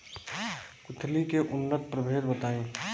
कुलथी के उन्नत प्रभेद बताई?